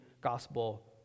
gospel